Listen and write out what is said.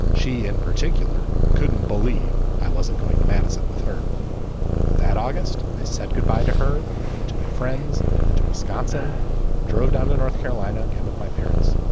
she in particular couldn't believe i wasn't going to madison with her. but that august i said goodbye to her and to my friends and to wisconsin and drove down to north carolina again with my parents.